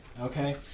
okay